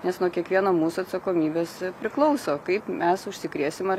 nes nuo kiekvieno mūsų atsakomybės priklauso kaip mes užsikrėsim ar